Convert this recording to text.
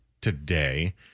today